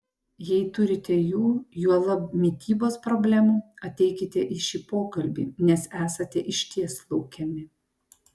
jei turite jų juolab mitybos problemų ateikite į šį pokalbį nes esate išties laukiami